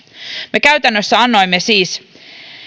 me käytännössä annoimme siis